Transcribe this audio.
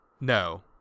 no